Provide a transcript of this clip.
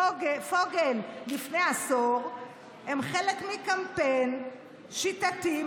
של משפחת פוגל לפני עשור הם חלק מקמפיין שיטתי,